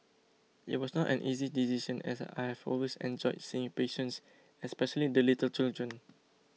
it was not an easy decision as I have always enjoyed seeing patients especially the little children